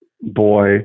boy